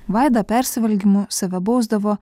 vaida persivalgymu save bausdavo